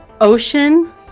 ocean